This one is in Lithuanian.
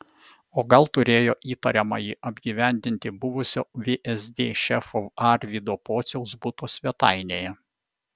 o gal turėjo įtariamąjį apgyvendinti buvusio vsd šefo arvydo pociaus buto svetainėje